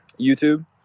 YouTube